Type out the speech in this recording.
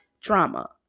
drama